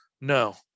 No